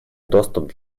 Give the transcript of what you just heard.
доступ